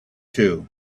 too